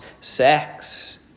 sex